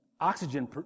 oxygen